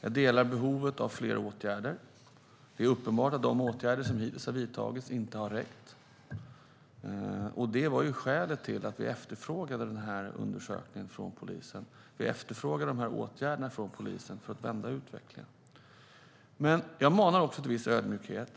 Jag instämmer i att det finns behov av fler åtgärder. Det är uppenbart att de åtgärder som hittills har vidtagits inte har räckt. Det var skälet till att vi efterfrågade undersökningen och förslag till åtgärder från polisen för att vända utvecklingen. Jag manar också till viss ödmjukhet.